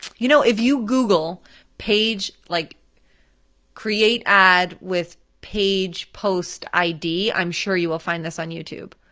you know, if you google page, like create ad with page post id, i'm sure you will find this on youtube,